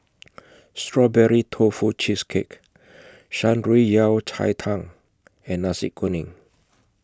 Strawberry Tofu Cheesecake Shan Rui Yao Cai Tang and Nasi Kuning